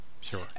sure